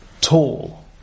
tall